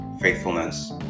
faithfulness